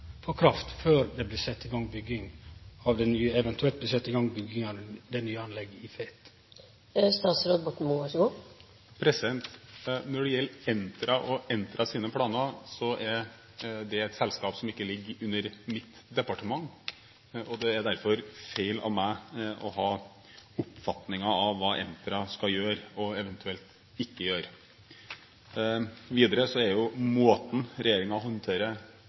kraft før det eventuelt blir sett i gang bygging av det nye anlegget i Fet. Når det gjelder Entra og Entras planer, er det et selskap som ikke ligger under mitt departement. Det er derfor feil av meg å ha oppfatninger om hva Entra skal gjøre og eventuelt ikke gjøre. Videre er måten regjeringen håndterer